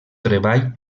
treball